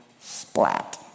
splat